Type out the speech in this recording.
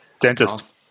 Dentist